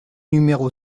numéro